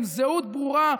עם זהות ברורה,